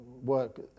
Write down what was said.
work